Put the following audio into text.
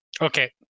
Okay